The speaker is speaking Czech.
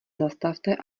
zastavte